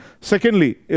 Secondly